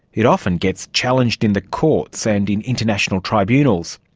it often gets challenged in the courts and in international tribunals.